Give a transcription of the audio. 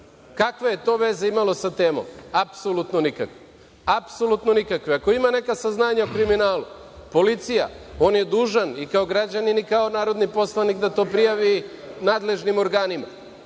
Kakve je to veze imalo sa temom? Apsolutno nikakve, apsolutno nikakve. Ako ima neka saznanja o kriminalu, policija, on je dužan i kao građanin i kao narodni poslanik da to prijavi nadležnim organima.